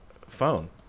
phone